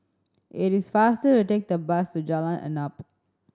it is faster to take the bus to Jalan Arnap